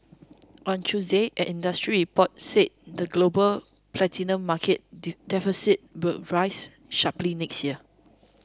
on Tuesday an industry report said the global platinum market deficit will rise sharply next year